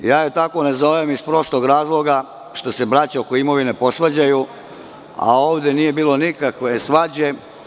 Ja je tako ne zovem iz prostog razloga što braća oko imovine posvađaju, a ovde nije bilo nikakve svađe.